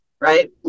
right